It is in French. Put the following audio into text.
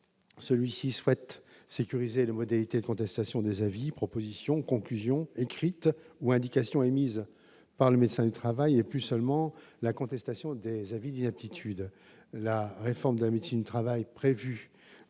celui-ci souhaite sécuriser les modalités de contestation des avis proposition conclusions écrites ou indication émises par le médecin du travail n'est plus seulement la contestation des avis d'inaptitude, la réforme de la médecine de travail prévu